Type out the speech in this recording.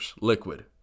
liquid